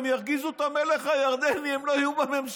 כי אם ירגיזו את המלך הירדני הם לא יהיו בממשלה.